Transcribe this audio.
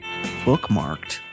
bookmarked